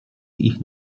ich